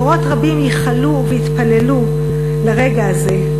דורות רבים ייחלו והתפללו לרגע הזה,